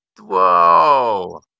Whoa